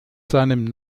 seinem